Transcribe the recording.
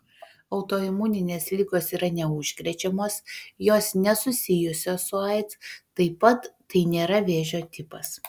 autoimuninės ligos yra neužkrečiamos jos nesusijusios su aids taip pat tai nėra vėžio tipas